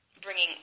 bringing